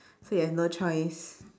so you have no choice